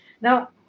Now